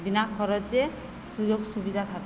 বিনা খরচে সুযোগ সুবিধা থাকে